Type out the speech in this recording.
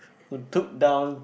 who took down